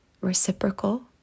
reciprocal